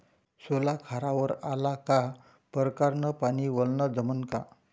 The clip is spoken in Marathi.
सोला खारावर आला का परकारं न पानी वलनं जमन का?